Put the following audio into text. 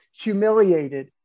humiliated